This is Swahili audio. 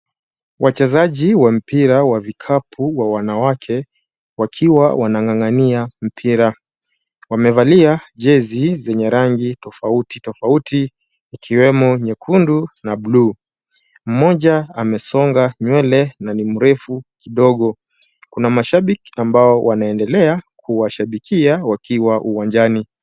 Wachezaji wa mpira wa vikapu wa wanawake wakiwa wanang'ang'ania mpira, wamevalia, jezi zenye rangi tofauti tofauti ikiwemo nyekundu na bluu, mmoja amesonga nywele na ni mrefu kidogo, kuna mashabiki ambao wanaendelea kuwashabikia wakiwa uwanjani.